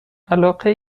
علاقه